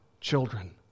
children